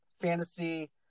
fantasy